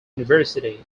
university